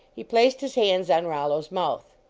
he placed his hands on rollo s mouth,